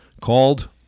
Called